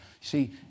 see